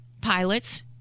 pilots